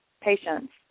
patients